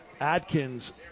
adkins